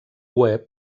web